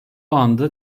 anda